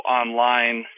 online